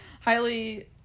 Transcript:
Highly